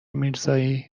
میرزایی